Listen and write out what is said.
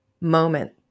moment